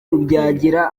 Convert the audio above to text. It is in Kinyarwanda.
rubyagira